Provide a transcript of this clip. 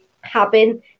happen